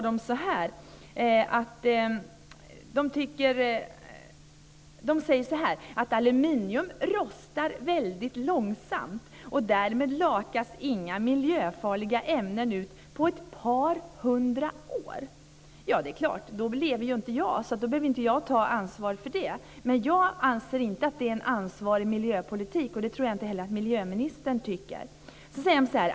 Verket säger att aluminium rostar långsamt, och därmed lakas inga miljöfarliga ämnen ut på ett par hundra år. Då lever inte jag, så jag behöver inte ta ansvar för det. Men jag anser inte att det är en ansvarig miljöpolitik, och det tror jag inte heller att miljöministern tycker.